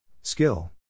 Skill